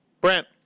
Brent